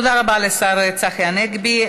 תודה רבה לשר צחי הנגבי.